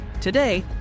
Today